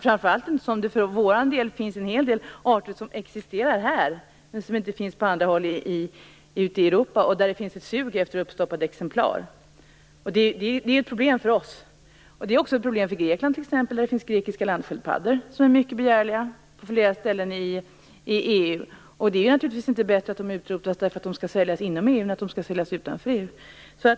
Framför allt inte för vår del, eftersom det finns en hel del arter som existerar här, men som inte finns på andra håll i Europa. Där finns ett sug efter uppstoppade exemplar. Det är ett problem för oss. Det är också ett problem för t.ex. Grekland. Där finns det grekiska landsköldpaddor som är mycket begärliga på flera ställen i EU. Det är naturligtvis inte bättre att de utrotas därför att de skall säljas inom EU än att de skall säljas utanför EU.